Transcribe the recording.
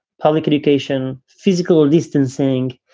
public education, physical distancing,